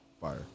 fire